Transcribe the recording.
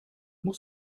muss